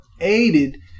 aided